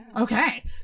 Okay